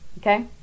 Okay